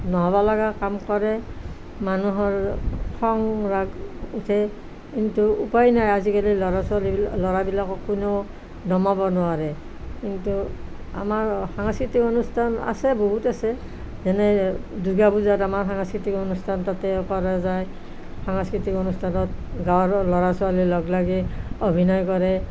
নহ'ব লগা কাম কৰে মানুহৰ খং ৰাগ উঠে কিন্তু উপায় নাই আজিকালি ল'ৰা ছোৱালীৰ ল'ৰাবিলাকক কোনেও নমাব নোৱাৰে কিন্তু আমাৰ সাংস্কৃতিক অনুষ্ঠান আছে বহুত আছে যেনে দুৰ্গা পূজাত আমাৰ সাংস্কৃতিক অনুষ্ঠান তাতেও পাৰা যায় সাংস্কৃতিক অনুষ্ঠানত গাঁৱৰ ল'ৰা ছোৱালী লগ লাগি অভিনয় কৰে